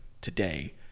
today